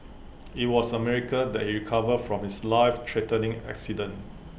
IT was A miracle that he recovered from his life threatening accident